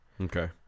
okay